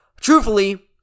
truthfully